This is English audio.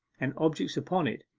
and objects upon it,